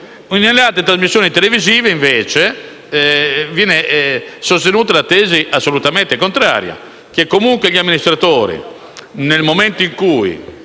poi altre trasmissioni televisive, in cui viene sostenuta la tesi assolutamente contraria e cioè che gli amministratori, nel momento in cui